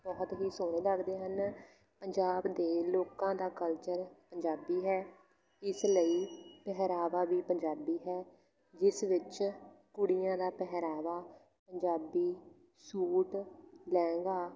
ਬਹੁਤ ਹੀ ਸੋਹਣੇ ਲੱਗਦੇ ਹਨ ਪੰਜਾਬ ਦੇ ਲੋਕਾਂ ਦਾ ਕਲਚਰ ਪੰਜਾਬੀ ਹੈ ਇਸ ਲਈ ਪਹਿਰਾਵਾ ਵੀ ਪੰਜਾਬੀ ਹੈ ਜਿਸ ਵਿੱਚ ਕੁੜੀਆਂ ਦਾ ਪਹਿਰਾਵਾ ਪੰਜਾਬੀ ਸੂਟ ਲਹਿੰਗਾ